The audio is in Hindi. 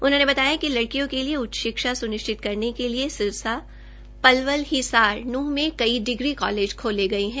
उन्होंने बताया कि लड़कियों के लिए उच्च शिक्षा स्निश्चित करने के लिए सिरसा पलवल हिसार नूहं में कई डिग्री कालेज खोले है